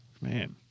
Man